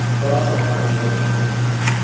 but also how we make a better future.